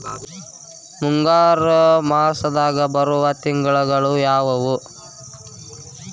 ಮುಂಗಾರು ಮಾಸದಾಗ ಬರುವ ತಿಂಗಳುಗಳ ಯಾವವು?